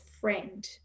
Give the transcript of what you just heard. friend